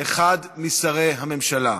אחד משרי הממשלה".